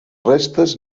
restes